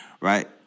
Right